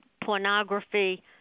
pornography